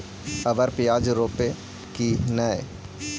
अबर प्याज रोप्बो की नय?